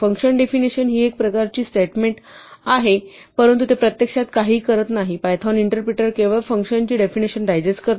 function definition ही एक प्रकारची स्टेटमेंट आहे परंतु ते प्रत्यक्षात काहीही करत नाही पायथॉन इंटरप्रीटर केवळ फंक्शनची डेफिनिशन डायजेस्ट करतो